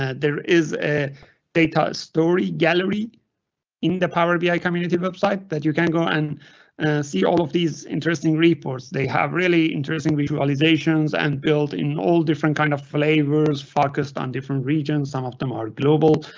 there is a data story gallery in the power bi yeah community website that you can go and see. all of these interesting report. they have really interesting visualizations and built in all different kind of flavors focused on different regions. some of them are global,